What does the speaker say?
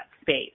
space